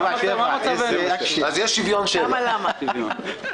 שוויון שבעה קולות.